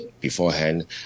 beforehand